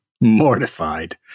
mortified